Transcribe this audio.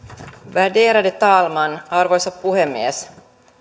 värderade talman arvoisa puhemies